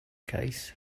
case